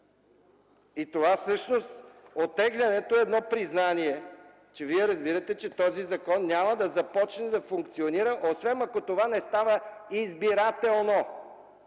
души. Оттеглянето е признание, че Вие разбирате, че този закон няма да започне да функционира, освен ако това не става избирателно.